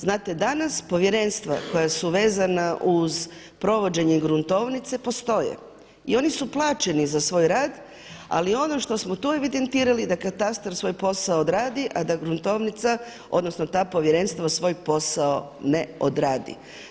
Znate, danas povjerenstva koja su vezan uz provođenje gruntovnice postoje i oni su plaćeni za svoj rad, ali ono što smo tu evidentirali, da katastar svoj posao odradi, a da gruntovnica odnosno ta povjerenstva svoj posao ne odradi.